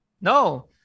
No